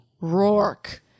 Rourke